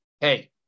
hey